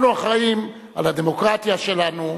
אנחנו אחראים לדמוקרטיה שלנו,